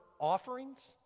offerings